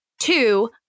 two